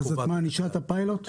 את מענישה את הפיילוט?